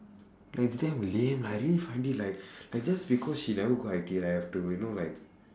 and it's damn lame like I really find it like like just because she never go I_T_E right I have to you know like